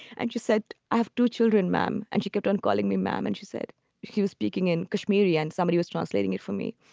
and she said, i have two children, ma'am. and she kept on calling me mam. and she said she was speaking in kashmiri and somebody was translating it for me.